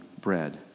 bread